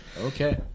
Okay